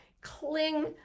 Cling